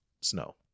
snow